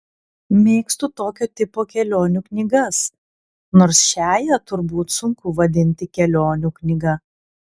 mėgstu tokio tipo kelionių knygas nors šiąją turbūt sunku vadinti kelionių knyga